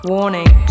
Warning